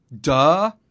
duh